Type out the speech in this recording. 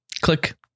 click